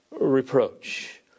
reproach